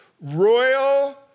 royal